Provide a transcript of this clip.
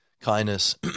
kindness